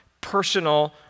personal